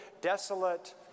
desolate